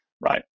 right